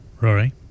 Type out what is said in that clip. Rory